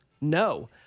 No